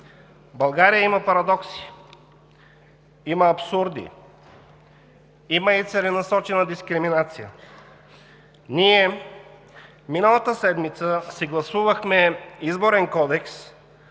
България има парадокси, има абсурди. Има и целенасочена дискриминация. Ние миналата седмица си гласувахме Изборен кодекс,